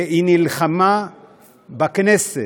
והיא נלחמה בכנסת,